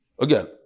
Again